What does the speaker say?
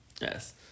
Yes